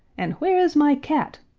and where is my cat?